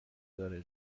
داره